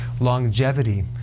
longevity